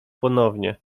ponownie